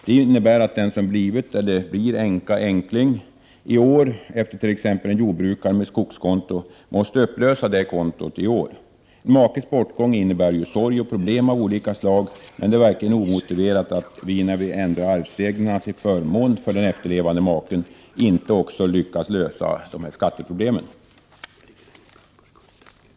Det innebär att den som blivit eller blir änka/änkling i år efter t.ex. en jordbrukare med skogskonto måste upplösa detta konto i år. En makes bortgång innebär ju sorg och problem av olika slag, men det är verkligen omotiverat att vi i riksdagen, när vi ändrat arvsreglerna till förmån för den efterlevande maken, inte också lyckats lösa dessa skatteproblem.